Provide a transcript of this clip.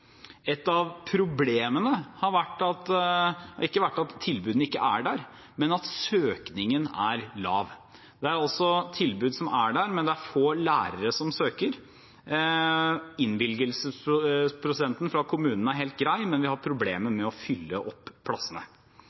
Et av problemene har ikke vært at tilbudene ikke er der, men at søkningen er lav. Det er tilbud som er der, men det er få lærere som søker. Innvilgelsesprosenten fra kommunene er helt grei, men vi har problemer med å fylle opp plassene.